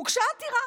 הוגשה עתירה.